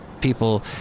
People